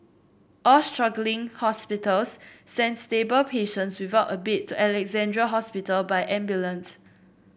all struggling hospitals sent stable patients without a bed to Alexandra Hospital by ambulance